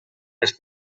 els